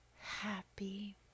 happy